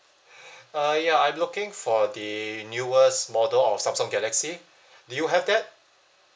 uh ya I'm looking for the newest model of Samsung galaxy do you have that